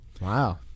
Wow